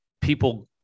people